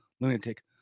lunatic